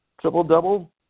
triple-double